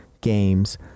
games